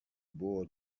boiled